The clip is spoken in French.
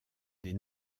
des